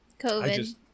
COVID